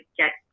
get